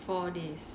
four days okay